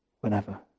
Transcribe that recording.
whenever